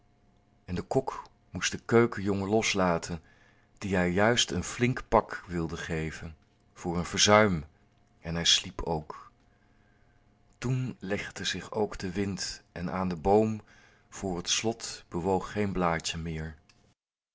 de kok moest den keukenjongen loslaten die hij juist een flink pak wilde geven voor een verzuim en hij sliep ook toen legde zich ook de wind en aan den boom voor het slot bewoog geen blaadje meer